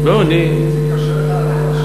לא, אני, איציק, קשה לך לענות על השאלה?